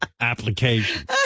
Application